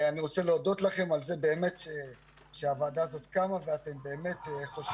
אני רוצה להודות לכם שהוועדה הזאת קמה ואתם חושבים